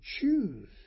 choose